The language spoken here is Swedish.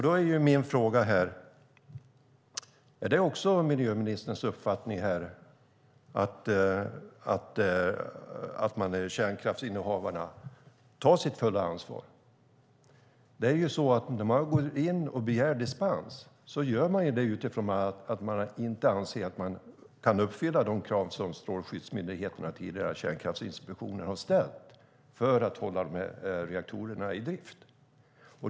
Då är min fråga: Är det miljöministerns uppfattning att kärnkraftsinnehavarna tar sitt fulla ansvar? När man går in och begär dispens gör man ju det utifrån att man anser att man inte kan uppfylla de krav som Strålsäkerhetsmyndigheten och tidigare Kärnkraftsinspektionen har ställt för att hålla de här reaktorerna i drift.